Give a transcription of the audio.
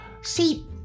See